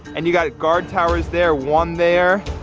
and you got guard towers there, one there,